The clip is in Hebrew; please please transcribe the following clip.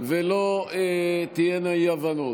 ולא תהיינה אי-הבנות.